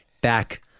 back